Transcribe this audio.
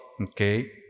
okay